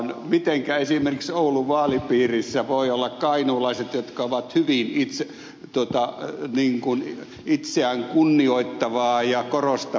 mitenkä esimerkiksi oulun vaalipiirissä voivat olla kainuulaiset jotka ovat hyvin itseään kunnioittavaa ja korostavaa porukkaa